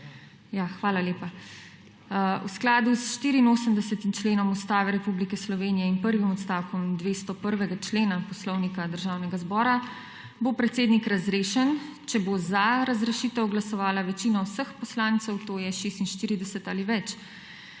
hvala lepa. V skladu s 84. členom Ustave Republike Slovenije in prvim odstavkom 201. člena Poslovnika Državnega zbora bo predsednik razrešen, če bo za razrešitev glasovala večina vseh poslancev, to je 46 ali več.